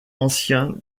ancien